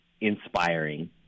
inspiring